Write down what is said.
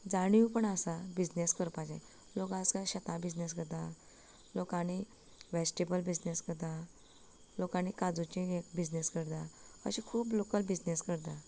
जाणीव पण आसा बिजनेस करपाचें लोक आजकाल शेता बिजनेस करता लोक आनी वेजिटेबल बिजनेस करता लोका आनी काजूंचें बिजनेस करता अशे खूब लोकल बिजनेस करतात